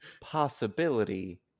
possibility